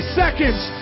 seconds